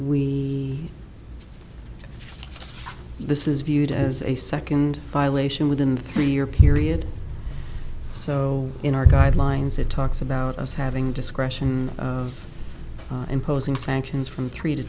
we this is viewed as a second violation within the three year period so in our guidelines it talks about us having discretion of imposing sanctions from three to